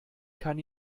kann